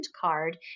card